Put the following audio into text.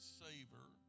savor